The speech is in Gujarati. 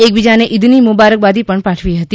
એકબીજાને ઇદની મુબારકબાદી પાઠવી હતી